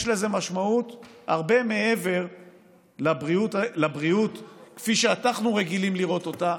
יש לזה משמעות הרבה מעבר לבריאות כפי שאנחנו רגילים לראות אותה,